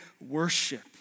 worship